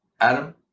Adam